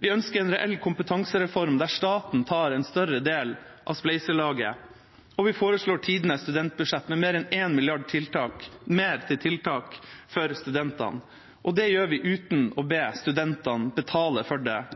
Vi ønsker en reell kompetansereform, der staten tar en større del av spleiselaget. Vi foreslår også tidenes studentbudsjett, med mer enn 1 mrd. kr mer til tiltak for studentene, og det gjør vi uten å be studentene betale for det